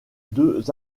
deux